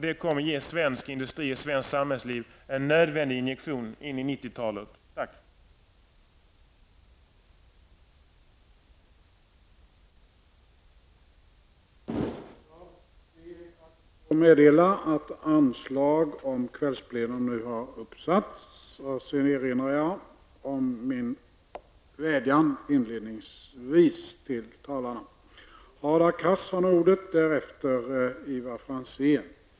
Det kommer att ge svensk industri och svenskt samhällsliv en nödvändig injektion in i 1990-talet.